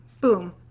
boom